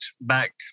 back